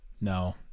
No